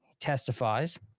testifies